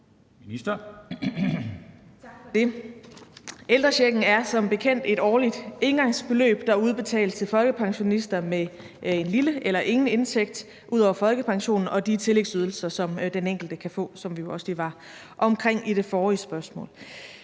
for det. Ældrechecken er som bekendt et årligt engangsbeløb, der udbetales til folkepensionister med en lille eller ingen indtægt ud over folkepensionen og de tillægsydelser, som den enkelte kan få, hvilket vi jo også lige var omkring i det forrige spørgsmål.